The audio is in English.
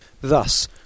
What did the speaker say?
Thus